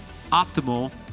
optimal